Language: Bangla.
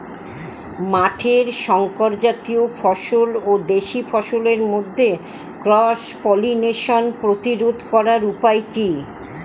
মাঠের শংকর জাতীয় ফসল ও দেশি ফসলের মধ্যে ক্রস পলিনেশন প্রতিরোধ করার উপায় কি?